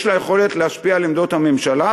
שיש לה יכולת להשפיע על עמדות הממשלה,